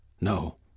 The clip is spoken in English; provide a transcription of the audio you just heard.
No